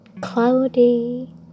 cloudy